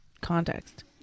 context